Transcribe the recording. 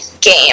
game